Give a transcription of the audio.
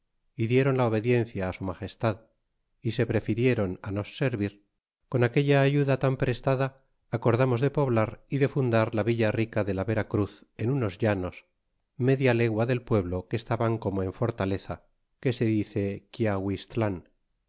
dieron la obediencia su magestad y se prefirieron nos servir con aquella ayuda tan presta acordamos de poblar é de fundar la villa rica de la vera cruz en unos llanos media legua del pueblo que estaba como en fortaleza que se dice